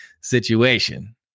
situation